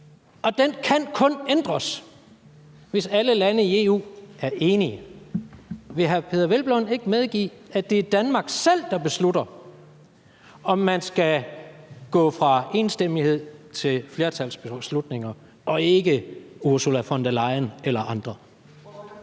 og det kan kun ændres, hvis alle lande i EU er enige. Vil hr. Peder Hvelplund ikke medgive, at det er Danmark selv, der beslutter, om man skal gå fra enstemmighed til flertalsbeslutninger, og ikke Ursula von der Leyen eller andre?